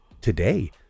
today